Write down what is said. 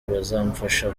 bazamfasha